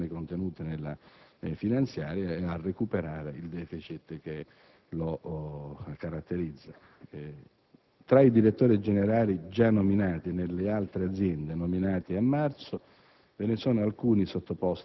alle nuove disposizioni contenute nella finanziaria e a recuperare il *deficit* che la caratterizza. Tra i direttori generali già nominati a marzo nelle altre aziende, ve ne sono